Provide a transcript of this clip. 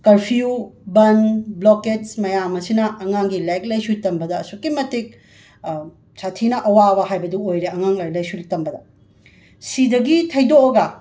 curfew bandh blockades ꯃꯌꯥꯝ ꯑꯁꯤꯅ ꯑꯉꯥꯡꯒꯤ ꯂꯥꯏꯔꯤꯛ ꯂꯥꯏꯁꯨ ꯇꯝꯕꯗ ꯑꯁꯨꯛꯀꯤ ꯃꯇꯤꯛ ꯁꯥꯊꯤꯅ ꯑꯋꯥꯕ ꯍꯥꯏꯕꯗꯨ ꯑꯣꯏꯔꯦ ꯑꯉꯥꯡ ꯂꯥꯏꯔꯤꯛ ꯂꯥꯏꯁꯨ ꯇꯝꯕꯗ ꯁꯤꯗꯒꯤ ꯊꯩꯗꯣꯛꯑꯒ